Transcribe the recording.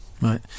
Right